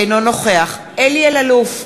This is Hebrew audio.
אינו נוכח אלי אלאלוף,